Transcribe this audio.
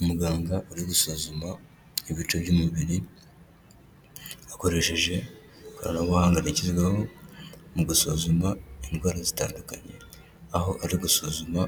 Umuganga uri gusuzuma ibice by'umubiri akoresheje ikoranabuhanga rigezweho, mu gusuzuma indwara zitandukanye, aho ari gusuzuma